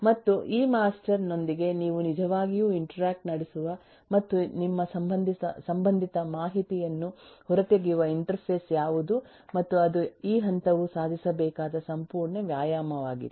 ಮತ್ತು ಈ ಮಾಸ್ಟರ್ ನೊಂದಿಗೆ ನೀವು ನಿಜವಾಗಿಯೂ ಇಂಟರಾಕ್ಟ್ ನಡೆಸುವ ಮತ್ತು ನಿಮ್ಮ ಸಂಬಂಧಿತ ಮಾಹಿತಿಯನ್ನು ಹೊರತೆಗೆಯುವ ಇಂಟರ್ಫೇಸ್ ಯಾವುದು ಮತ್ತು ಅದು ಈ ಹಂತವು ಸಾಧಿಸಬೇಕಾದ ಸಂಪೂರ್ಣ ವ್ಯಾಯಾಮವಾಗಿದೆ